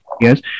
yes